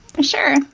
Sure